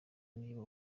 niba